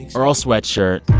earl sweatshirt.